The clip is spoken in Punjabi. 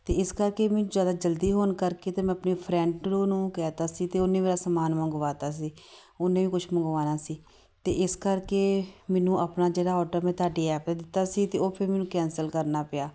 ਅਤੇ ਇਸ ਕਰਕੇ ਮੈਨੂੰ ਜ਼ਿਆਦਾ ਜਲਦੀ ਹੋਣ ਕਰਕੇ ਤਾਂ ਮੈਂ ਆਪਣੀ ਫਰੈਂਡ ਨੂੰ ਨੂੰ ਕਹਿਤਾ ਸੀ ਅਤੇ ਉਹਨੇ ਮੇਰਾ ਸਮਾਨ ਮੰਗਵਾਤਾ ਸੀ ਉਹਨੇ ਵੀ ਕੁਛ ਮੰਗਵਾਉਣਾ ਸੀ ਅਤੇ ਇਸ ਕਰਕੇ ਮੈਨੂੰ ਆਪਣਾ ਜਿਹੜਾ ਔਡਰ ਮੈਂ ਤੁਹਾਡੀ ਐਪ ਦਿੱਤਾ ਸੀ ਤਾਂ ਉਹ ਫਿਰ ਮੈਨੂੰ ਕੈਂਸਲ ਕਰਨਾ ਪਿਆ